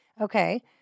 okay